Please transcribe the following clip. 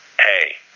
hey